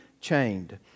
chained